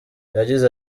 yagize